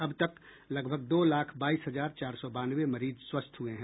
अब तक लगभग दो लाख बाईस हजार चार सौ बानवे मरीज स्वस्थ हुए हैं